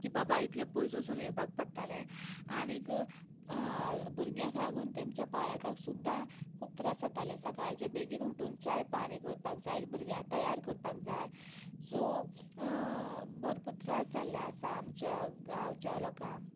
की बाबा इतलें पयस वचून येवपाक पडटालें आनीक भुरग्यांक लागून तेमच्या पालकांक सु्द्दां खूब त्रास जाताले सकाळचे बेगीन उठून च्या पाणी करपाक जाय भुरग्यांक तयार करपाक जाय सो भरपूर त्रास जाल्ले आसात आमच्या गांवच्या लोकांक